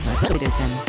citizen